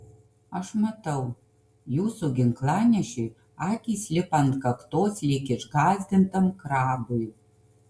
aš matau jūsų ginklanešiui akys lipa ant kaktos lyg išgąsdintam krabui